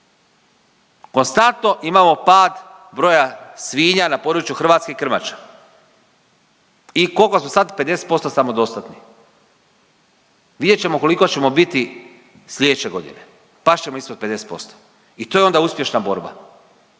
Konstantno imamo pad broja svinja na području Hrvatske i krmača i kolko smo sad 50% samodostatni. Vidjet ćemo koliko ćemo biti sljedeće godine, past ćemo ispod 50% i to je onda uspješna borba.